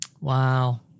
Wow